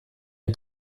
ein